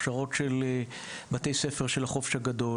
הכשרות של בתי ספר של החופש הגדול